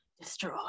destroy